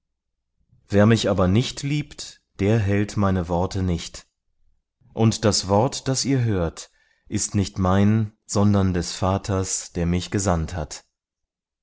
wer mich aber nicht liebt der hält meine worte nicht und das wort das ihr hört ist nicht mein sondern des vaters der mich gesandt hat